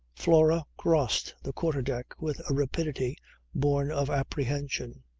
flora crossed the quarter-deck with a rapidity born of apprehension.